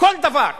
כל דבר.